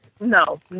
no